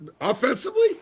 offensively